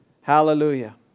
Hallelujah